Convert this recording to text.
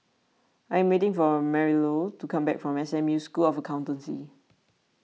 I am waiting for Marilou to come back from S M U School of Accountancy